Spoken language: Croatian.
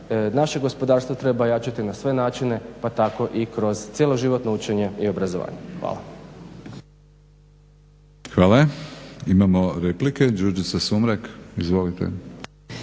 naše gospodarstvo treba jačati na sve načine pa tako i kroz cjeloživotno učenje i obrazovanje. Hvala. **Batinić, Milorad (HNS)** Hvala. Imamo replike. Đurđica Sumrak, izvolite.